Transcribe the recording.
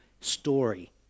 story